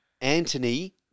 Anthony